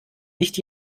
nicht